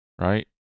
right